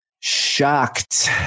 shocked